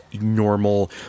normal